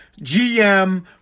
GM